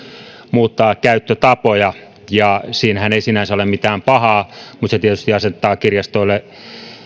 muuttaa käyttötapoja ja siinähän ei sinänsä ole mitään pahaa mutta se tietysti asettaa kirjastoille